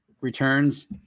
returns